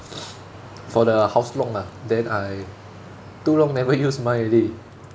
for the house lock ah then I too long never use mine already